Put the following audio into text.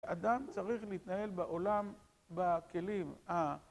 אדם צריך להתנהל בעולם בכלים ה...